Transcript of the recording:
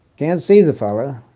can't see the fellow.